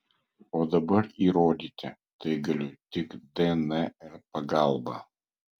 o dabar įrodyti tai galiu tik dnr pagalba